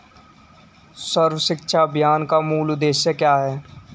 सर्व शिक्षा अभियान का मूल उद्देश्य क्या है?